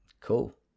Cool